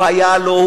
היה לו,